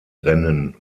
rennen